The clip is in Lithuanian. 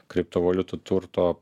kripto valiutų turto